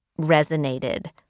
resonated